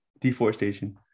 deforestation